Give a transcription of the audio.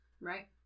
Right